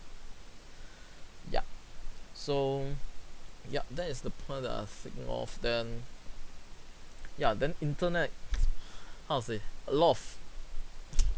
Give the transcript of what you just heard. yup so yup that is the point that I think of then ya then internet how to say a lot of